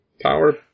power